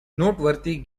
noteworthy